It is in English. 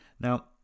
Now